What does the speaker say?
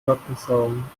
lattenzaun